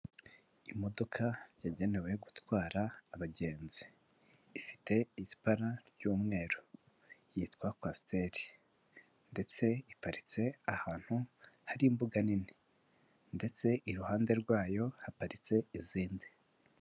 Imodoka yagenewe gutwara abagenzi ifite ibara ry'umweru, yitwa kwasiteri ndetse iparitse ahantu hari imbuga nini ndetse iruhande rwayo haparitse izindi.